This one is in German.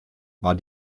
war